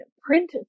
print